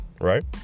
right